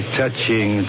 touching